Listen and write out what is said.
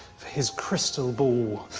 for his crystal ball,